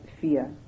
fear